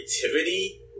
creativity